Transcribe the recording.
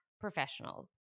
professional